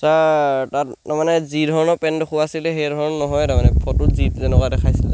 sir তাত তাৰমানে যি ধৰণৰ পেণ্ট দেখুৱা আছিলে সেই ধৰণৰ নহয় তাৰমানে ফটোত যি যেনেকুৱা দেখাইছিলে